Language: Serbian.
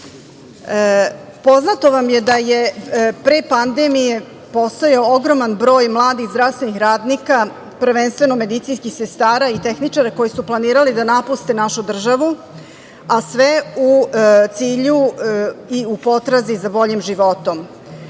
države. Poznato vam je da je pre pandemije postojao ogroman broj mladih zdravstvenih radnika, prvenstveno medicinskih sestara i tehničara, koji su planirali da napuste našu državu, a sve u cilju i u potrazi za boljim životom.